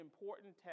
important